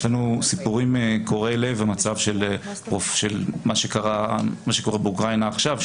יש לנו סיפורים קורעי לב על מה שקורה באוקראינה עכשיו,